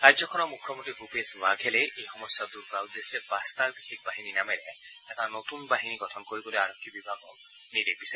ৰাজ্যখনৰ মুখ্যমন্ত্ৰী ভূপেশ বাঘেলে এই সমস্যা দূৰ কৰাৰ উদ্দেশ্যে বাষ্টাৰ বিশেষ বাহিনী নামেৰে এটা নতুন বাহিনী গঠন কৰিবলৈ আৰক্ষী বিভাগক নিৰ্দেশ দিছে